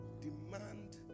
demand